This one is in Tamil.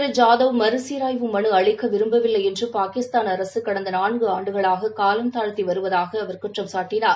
ஐாதவ் மறுசீராய்வு மனு அளிக்க விரும்பவில்லை என்று பாகிஸ்தான் அரசு கடந்த நான்கு ஆண்டுகளாக வேடிக்கை காட்டி வருவதாக குற்றம் சாட்டினார்